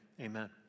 amen